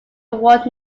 award